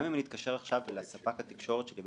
גם אם אני אתקשר עכשיו לספק התקשורת שלי,